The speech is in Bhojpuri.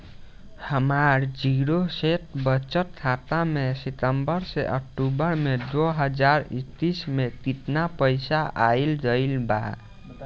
हमार जीरो शेष बचत खाता में सितंबर से अक्तूबर में दो हज़ार इक्कीस में केतना पइसा आइल गइल बा?